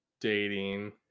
dating